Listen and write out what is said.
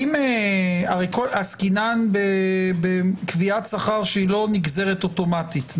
אם עסקינן בקביעת שכר שהיא לא נגזרת אוטומטית,